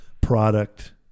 product